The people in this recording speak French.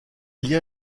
lien